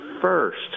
first